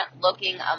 looking